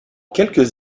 quelques